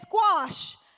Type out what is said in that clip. squash